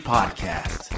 Podcast